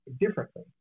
differently